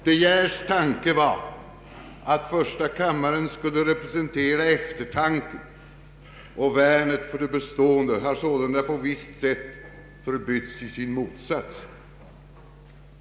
De Geers tanke att första kammaren skulle representera eftertanken och värnet för det bestående har sålunda på visst sätt förbytts i sin motsats.